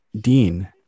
Dean